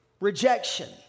Rejection